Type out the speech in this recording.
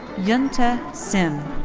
yoontae sim.